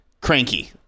cranky